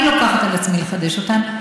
אני לוקחת על עצמי לחדש אותן,